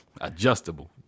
Adjustable